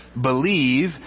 believe